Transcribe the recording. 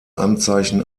anzeichen